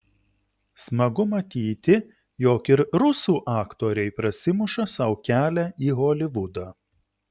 smagu matyti jog ir rusų aktoriai prasimuša sau kelią į holivudą